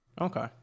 okay